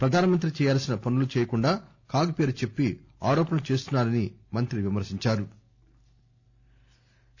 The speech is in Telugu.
ప్రధానమంత్రి చేయాల్సిన పనులు చేయకుండా కాగ్ పేరు చెప్పి ఆరోపణలు చేస్తున్నా రని మంత్రి విమర్పిందారు